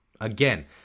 Again